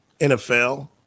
NFL